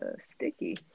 sticky